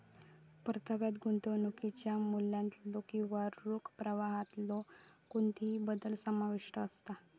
परताव्यात गुंतवणुकीच्या मूल्यातलो किंवा रोख प्रवाहातलो कोणतोही बदल समाविष्ट असता